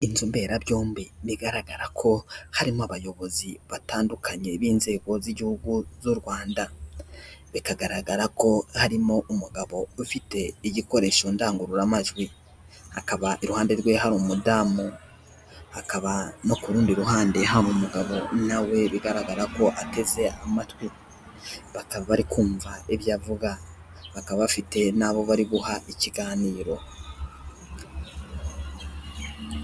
Inzu mberabyombi, bigaragara ko harimo abayobozi batandukanye, b'inzego z'igihugu z'u Rwanda, bikagaragara ko harimo umugabo ufite igikoresho ndangururamajwi, hakaba iruhande rwe hari umudamu, hakaba no kurundi ruhande hari umugabo, nawe bigaragara ko ateze amatwi, bakaba bari kumva ibyo avuga, bakaba bafite n'abo bari guha ikiganiro.